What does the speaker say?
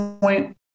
point